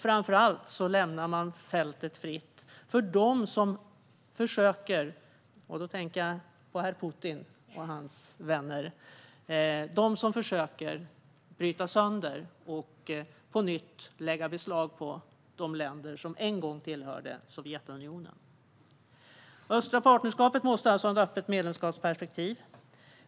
Framför allt lämnar man fältet fritt för dem som försöker - och då tänker jag på herr Putin och hans vänner - bryta sönder och på nytt lägga beslag på de länder som en gång tillhörde Sovjetunionen. Östliga partnerskapet måste alltså ha ett öppet medlemskapsperspektiv.